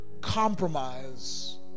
compromise